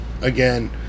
again